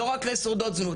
לא רק לשורדות זנות,